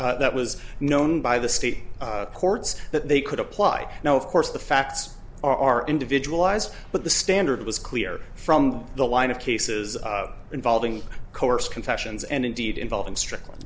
put that was known by the state courts that they could apply now of course the facts are individual eyes but the standard was clear from the line of cases involving coerced confessions and indeed involving stric